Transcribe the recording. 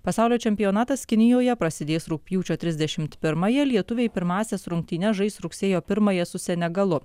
pasaulio čempionatas kinijoje prasidės rugpjūčio trisdešimt pirmąją lietuviai pirmąsias rungtynes žais rugsėjo pirmąją su senegalu